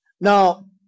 Now